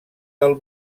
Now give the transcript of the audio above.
del